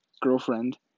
girlfriend